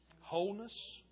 wholeness